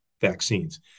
vaccines